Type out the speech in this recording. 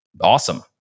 awesome